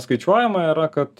skaičiuojama yra kad